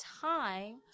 time